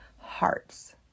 hearts